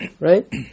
right